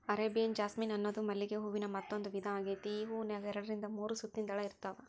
Arabian jasmine ಅನ್ನೋದು ಮಲ್ಲಿಗೆ ಹೂವಿನ ಮತ್ತಂದೂ ವಿಧಾ ಆಗೇತಿ, ಈ ಹೂನ್ಯಾಗ ಎರಡರಿಂದ ಮೂರು ಸುತ್ತಿನ ದಳ ಇರ್ತಾವ